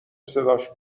صداش